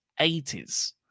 80s